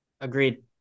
Agreed